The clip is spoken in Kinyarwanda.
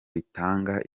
bitanga